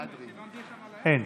אין.